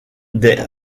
des